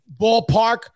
ballpark